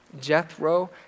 Jethro